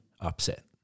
upset